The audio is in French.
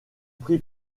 prit